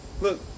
Look